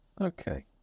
Okay